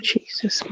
Jesus